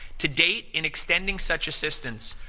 to date, in extending such assistance,